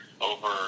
over